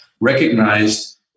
recognized